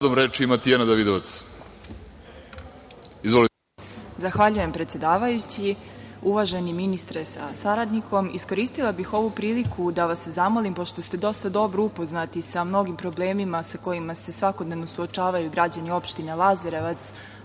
Zahvaljujem predsedavajući. Uvaženi ministre sa saradnikom, iskoristila bih ovu priliku da vas zamolim pošto ste dosta dobro upoznati sa mnogim problemima sa kojima se svakodnevno suočavaju građani opštine Lazarevac,